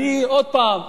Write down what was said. עוד פעם,